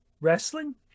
wrestling